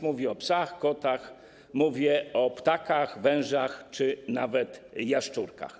Mówię o psach, kotach, mówię o ptakach, wężach czy nawet jaszczurkach.